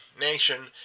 nation